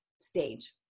stage